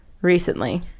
Recently